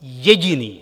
Jediný!